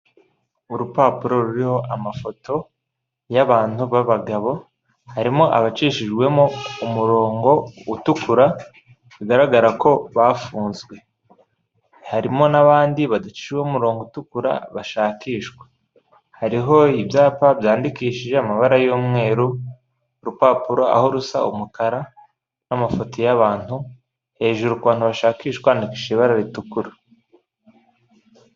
Urupapuro ruriho amafoto y'abantu b'abagabo harimo abacishijwemo umurongo utukura bigaragara ko bafunzwe, harimo n'abandi badacishijeho umurongo utukura bashakishwa. Hariho ibyapa byandikishije amabara y'umweru, urupapuro aho rusa umukara n'amafoto y'abantu, hejuru ku bantu bashakishwa handikishije ibara ritukura.